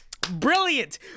Brilliant